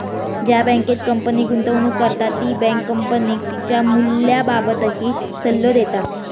ज्या बँकेत कंपनी गुंतवणूक करता ती बँक कंपनीक तिच्या मूल्याबाबतही सल्लो देता